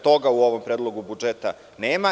Toga u ovom predlogu budžeta nema.